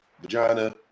vagina